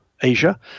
Asia